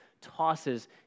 tosses